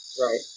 Right